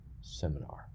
seminar